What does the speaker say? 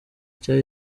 cya